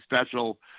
special